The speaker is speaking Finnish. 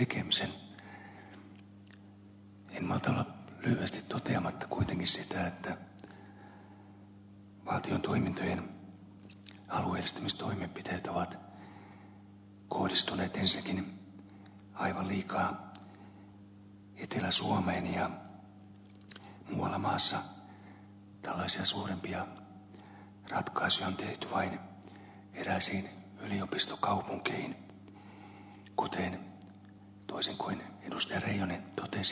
en malta olla lyhyesti toteamatta kuitenkin sitä että valtion toimintojen alueellistamistoimenpiteet ovat kohdistuneet ensinnäkin aivan liikaa etelä suomeen ja muualla maassa tällaisia suurempia ratkaisuja on tehty vain eräisiin yliopistokaupunkeihin kuten toisin kuin ed